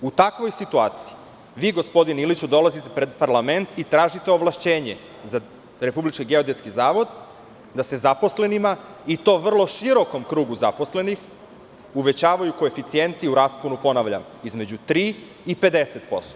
U takvoj situaciji vi, gospodine Iliću, dolazite pred parlament i tražite ovlašćenje za Republički geodetski zavod, da se zaposlenima i to vrlo širokom krugu zaposlenih uvećavaju koeficijenti u rasponu, ponavljam, između tri i 50%